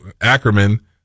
Ackerman